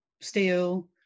steel